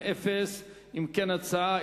ההצעה